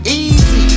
easy